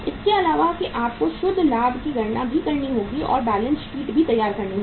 इसके अलावा कि आपको शुद्ध लाभ की गणना भी करनी होगी और बैलेंस शीट भी तैयार करनी होगी